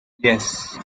yes